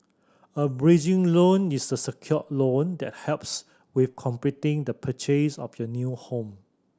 a bridging loan is a secured loan that helps with completing the purchase of your new home